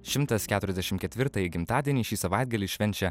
šimtas keturiasdešimt ketvirtąjį gimtadienį šį savaitgalį švenčia